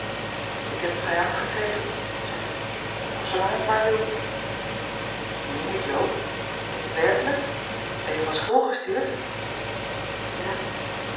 ik heb vrij af gekregen zei ik voor zoolang ik maar wil meen je t joop is t werkelijk ben je van school gestuurd ja